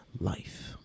life